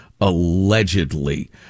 allegedly